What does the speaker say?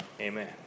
Amen